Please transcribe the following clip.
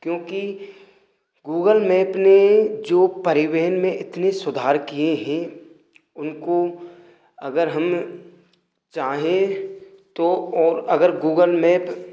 क्योंकि Google map ने जो परिवहन में इतने सुधार किए हें उनको अगर हम चाहें तो और अगर गूगल मेप